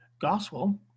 Gospel